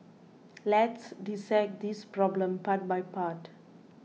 let's dissect this problem part by part